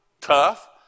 tough